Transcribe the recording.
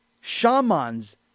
shamans